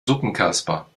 suppenkasper